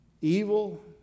Evil